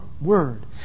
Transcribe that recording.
Word